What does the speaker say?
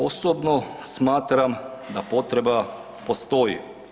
Osobno smatram da potreba postoji.